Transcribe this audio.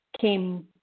came